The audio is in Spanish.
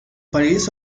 parís